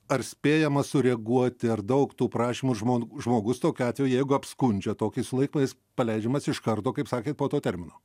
ar spėjama sureaguoti ar daug tų prašymų žmo žmogus tokiu atveju jeigu apskundžia tokį sulaikymą jis paleidžiamas iš karto kaip sakėt po to termino